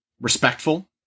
respectful